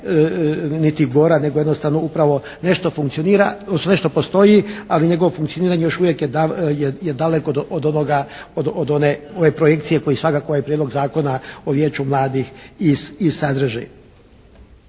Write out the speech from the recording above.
niti gora nego jednostavno upravo nešto funkcionira sve što postoji ali njegovo funkcioniranje još uvijek je daleko od onoga, od one projekcije koji svakako ovaj Prijedlog zakona o Vijeću mladih i sadrži.